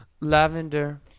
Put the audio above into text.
Lavender